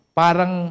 parang